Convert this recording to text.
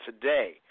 today